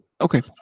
okay